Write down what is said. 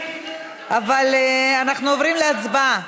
אבל אנחנו עוברים להצבעה.